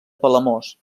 palamós